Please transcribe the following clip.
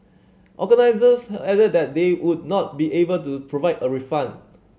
organisers added that they would not be able to provide a refund